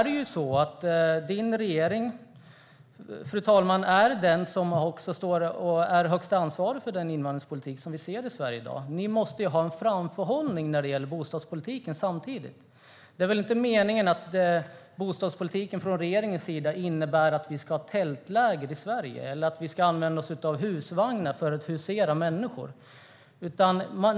Det är regeringen som är högst ansvarig för den invandringspolitik som vi ser i Sverige i dag. Ni måste ha en framförhållning när det gäller bostadspolitiken, Mehmet Kaplan. Det är väl inte meningen att regeringens bostadspolitik ska innebära att vi får tältläger i Sverige eller att vi ska använda oss av husvagnar för att inhysa människor.